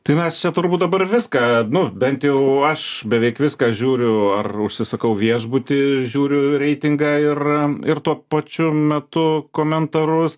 tai mes čia turbūt dabar viską nu bent jau aš beveik viską žiūriu ar užsisakau viešbutį žiūriu į reitingą ir ir tuo pačiu metu komentarus